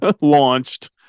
launched